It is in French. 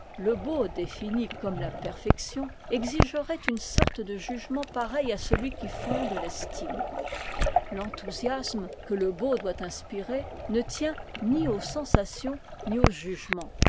le beau défini comme la perfection exigerait une sorte de jugement pareil à celui qui fonde l'estime l'enthousiasme que le beau doit inspirer ne tient ni aux sensations ni au jugement